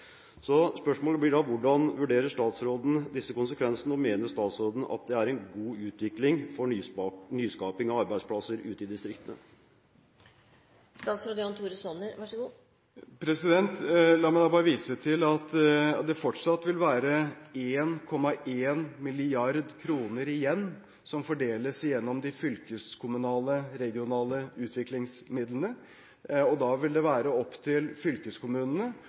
Så spørsmålet blir da: Hvordan vurderer statsråden disse konsekvensene, og mener statsråden at det er god utvikling for nyskaping av arbeidsplasser ute i distriktene? La meg bare vise til at det fortsatt vil være 1,1 mrd. kr igjen som fordeles gjennom de fylkeskommunale, regionale utviklingsmidlene. Da vil det være opp til fylkeskommunene